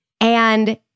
And-